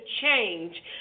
change